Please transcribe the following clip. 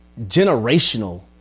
generational